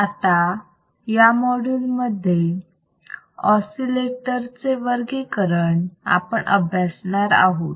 आता या मॉड्यूल मध्ये आपण ऑसिलेटर चे वर्गीकरण अभ्यासणार आहोत